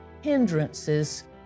hindrances